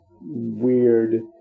weird